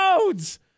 roads